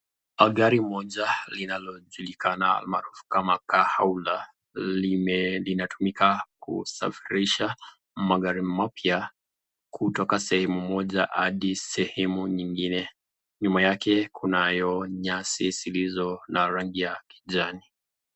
Gari moja linalojulikana maarufu kama Kahaula lime linatumika kusafirisha magari mapya kutoka sehemu moja hadi sehemu nyingine. Nyuma yake kunayo nyasi zilizo na rangi ya kijani.